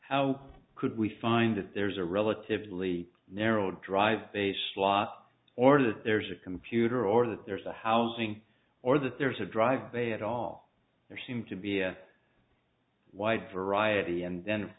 how could we find that there's a relatively narrow drive based loss or that there's a computer or that there's a housing or that there's a drive bay at all there seem to be a wide variety and then of